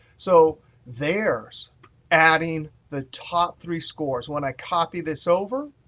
so there's adding the top three scores. when i copy this over,